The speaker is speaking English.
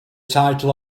title